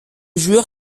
joueur